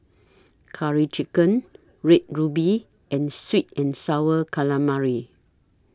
Curry Chicken Red Ruby and Sweet and Sour Calamari